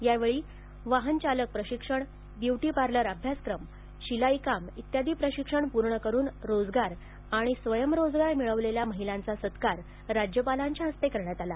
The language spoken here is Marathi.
यावेळी वाहन चालक प्रशिक्षण ब्युटी पार्लर अभ्यासक्रम शिलाईकाम इत्यादी प्रशिक्षण पूर्ण करून रोजगार आणि स्वयंरोजगार मिळवलेल्या महिलांचा सत्कार राज्यपालांच्या हस्ते करण्यात आला